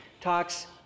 talks